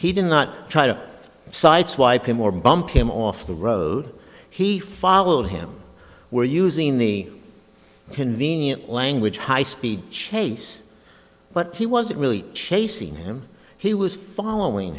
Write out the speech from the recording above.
he did not try to sideswipe him or bump him off the road he followed him where using the convenient language high speed chase but he wasn't really chasing him he was following